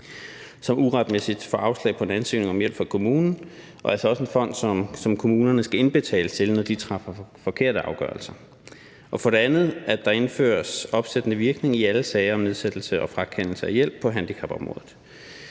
som uretmæssigt får afslag på en ansøgning om hjælp fra kommunen, og altså også en fond, som kommunerne skal indbetale til, når de træffer forkerte afgørelser. Det er for det andet, at der indføres opsættende virkning i alle sager om nedsættelse og frakendelse af hjælp på handicapområdet.